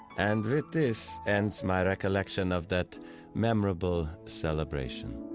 and with this ends my recollection of that memorable celebration